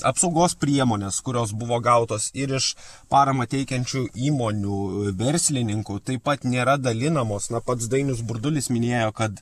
apsaugos priemones kurios buvo gautos ir iš paramą teikiančių įmonių verslininkų taip pat nėra dalinamos na pats dainius burdulis minėjo kad